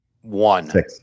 One